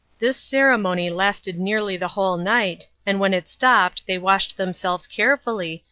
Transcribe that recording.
this ceremony lasted nearly the whole night, and when it stopped they washed themselves carefully,